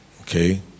Okay